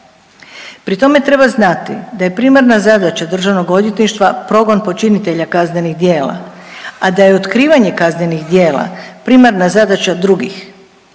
Pri tome treba znati da je primarna zadaće Državnog odvjetništva progon počinitelja kaznenih djela, a da je otkrivanje kaznenih djela primarna zadaća drugih.